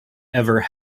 ever